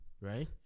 right